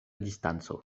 distanco